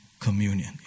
communion